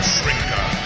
Shrinker